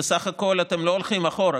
ובסך הכול אתם לא הולכים אחורה,